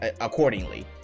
accordingly